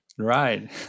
Right